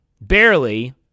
barely